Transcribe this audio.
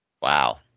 Wow